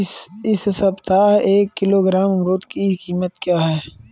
इस सप्ताह एक किलोग्राम अमरूद की कीमत क्या है?